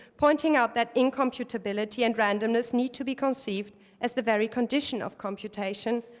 pointing out that incomputability and randomness need to be conceived as the very condition of computation,